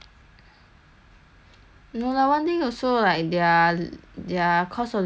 no lah one thing also like their their cost of living is also very high then like there